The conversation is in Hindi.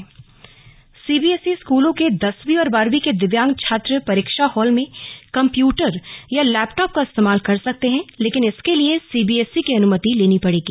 कम्प्यूटर प्रयोग सीबीएसई स्कूलों के दसवीं और बारहवीं के दिव्यांग छात्र परीक्षा हॉल में कम्प्यूटर या लैपटॉप का इस्तेमाल कर सकते हैं लेकिन इसके लिए सीबीएसई की अनुमति लेनी पड़ेगी